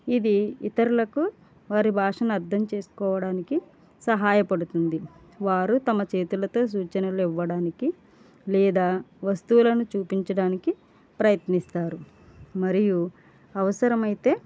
ఇది ఇతరులకు వారి భాషను అర్థం చేసుకోవడానికి సహాయపడుతుంది వారు తమ చేతులతో సూచనలు ఇవ్వడానికి లేదా వస్తువులను చూపించడానికి ప్రయత్నిస్తారు మరియు అవసరం అయితే